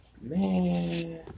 man